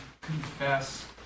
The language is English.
confess